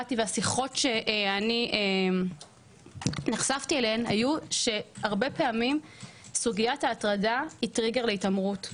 שקראתי ובשיחות שניהלתי עלתה הנקודה שסוגיית ההטרדה היא טריגר להתעמרות.